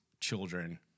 children